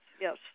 yes